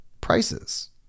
prices